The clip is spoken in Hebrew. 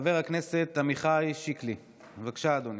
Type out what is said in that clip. חבר הכנסת עמיחי שקלי, בבקשה, אדוני.